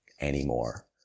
anymore